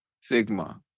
Sigma